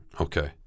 Okay